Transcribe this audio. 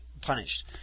punished